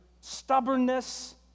stubbornness